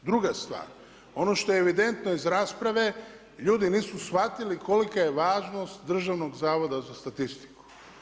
Druga stvar, ono što je evidentno iz rasprave ljudi nisu shvatili kolika je važnost Državnog zavoda za statistiku.